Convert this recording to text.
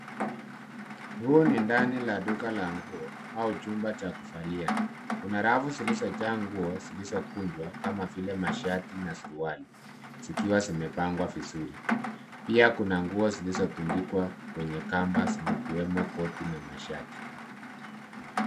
Huu ni ndani la duka la nguo au chumba cha kuvalia. Kuna rafu zilizojaa nguo zilizokunjwa kama vile mashati na suruali zikiwa zimepangwa vizuri. Pia kuna nguo zilizotundikwa kwenye kamba zikiwemo koti na mashati.